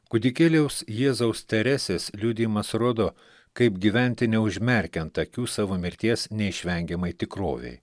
kūdikėliaus jėzaus teresės liudijimas rodo kaip gyventi neužmerkiant akių savo mirties neišvengiamai tikrovei